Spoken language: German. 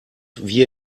wie